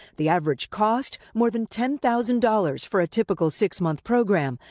the average cost more than ten thousand dollars for a typical six-month program.